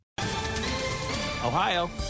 Ohio